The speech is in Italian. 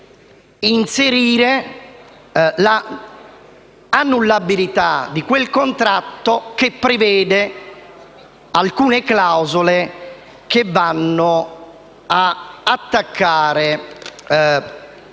inserire l’annullabilità di quel contratto che prevede alcune clausole che vanno a attaccare